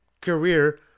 career